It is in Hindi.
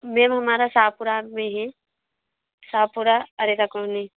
मैम हमारा शाहपुरा में हैं शाहपुरा अरेरा कॉलोनी